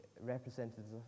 representatives